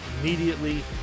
immediately